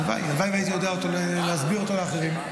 הלוואי, הלוואי והייתי יודע להסביר אותו לאחרים.